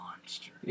monster